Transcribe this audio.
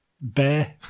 bear